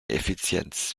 effizienz